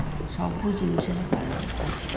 ସବୁ ଜିନିଷରେ ପାଣି ଦରକାର